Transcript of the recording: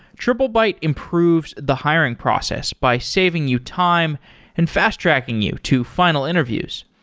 triplebyte improves the hiring process by saving you time and fast-tracking you to final interviews.